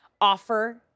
offer